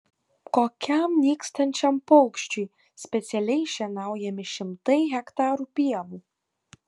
kokiam nykstančiam paukščiui specialiai šienaujami šimtai hektarų pievų